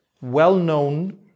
well-known